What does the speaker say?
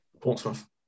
Portsmouth